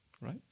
right